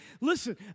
listen